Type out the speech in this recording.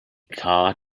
car